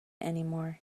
anymore